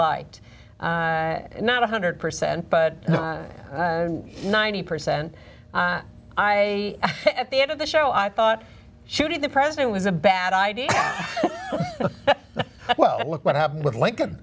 liked not one hundred percent but ninety percent i at the end of the show i thought she did the president was a bad idea well look what happened with lincoln